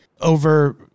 over